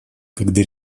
когда